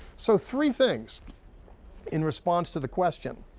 so three things in response to the question,